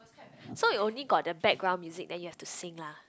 so you only got the background music then you have to sing lah